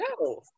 No